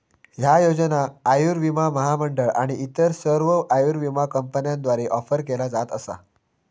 ह्या योजना आयुर्विमा महामंडळ आणि इतर सर्व आयुर्विमा कंपन्यांद्वारा ऑफर केल्या जात असा